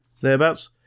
thereabouts